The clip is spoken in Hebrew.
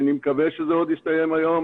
אני מקווה שזה עוד יסתיים היום,